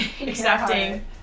accepting